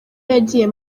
yagiye